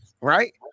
right